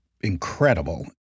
incredible